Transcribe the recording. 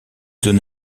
zone